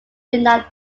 finite